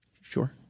Sure